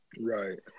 Right